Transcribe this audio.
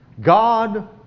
God